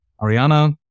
Ariana